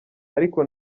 ariko